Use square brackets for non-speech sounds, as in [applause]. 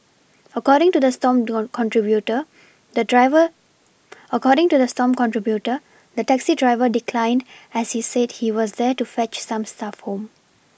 according to the Stomp [unintelligible] contributor the driver according to the Stomp contributor the taxi driver declined as he said he was there to fetch some staff home